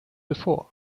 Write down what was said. before